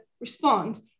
respond